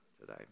today